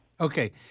Okay